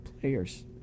players